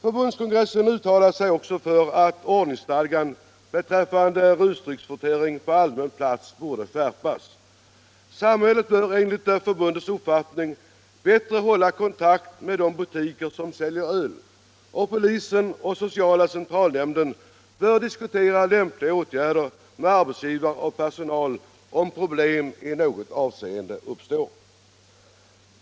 Förbundskongressen uttalade sig även för att ordningsstadgan beträffande rusdrycksförtäring på allmän plats borde skärpas. Samhället bör enligt förbundets uppfattning bättre hålla kontakt med de butiker som säljer öl, och polisen och sociala centralnämnden bör diskutera lämpliga åtgärder med arbetsgivare och personal, om problem i något avseende uppstår.